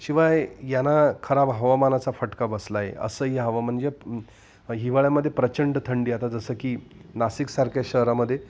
शिवाय यांना खराब हवामानाचा फटका बसला आहे असं ह हवामान जे हिवाळ्यामध्ये प्रचंड थंडी आता जसं की नाशिकसारख्या शहरामध्ये